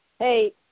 hey